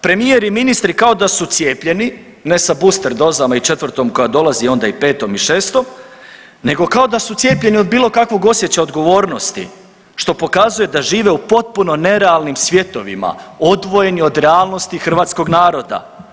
Premijer i ministri kao da su cijepljeni ne sa booster dozama i četvrtom koja dolazi onda i petom i šestom, nego kao da cijepljeni od bilo kakvog osjećaja odgovornosti što pokazuje da žive u potpuno nerealnim svjetovima, odvojeni od realnosti hrvatskog naroda.